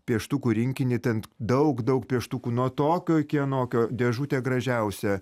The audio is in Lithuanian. pieštukų rinkinį ten daug daug pieštukų nuo tokio iki anokio dėžutė gražiausia